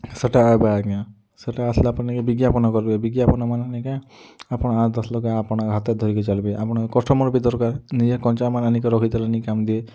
ସେଇଟା ଏବେ ଆଜ୍ଞା ସେଇଟା ଆସିଲା ପରେ ନାଇଁ କି ବିଜ୍ଞାପନ କଲୁ ବିଜ୍ଞାପନମାନଙ୍କ ନେଇ କା ଆପଣ ଆଠ୍ ଦଶ୍ ଲକ୍ଷ ଆପଣ ହାତରେ ଧରି କି ଚାଲିବେ ଆପଣ କଷ୍ଟମର୍ବି ଦରକାର ନିଜେ କଞ୍ଚାମାଲ୍ ଆଣି କି ରଖି ଦେଲେ କାମ ଦିଏ